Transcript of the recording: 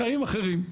החיים אחרים,